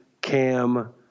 Cam